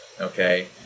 okay